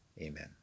Amen